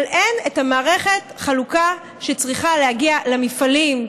אבל אין את מערכת החלוקה שצריכה להגיע למפעלים,